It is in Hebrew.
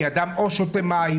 כי אדם או שותה מים,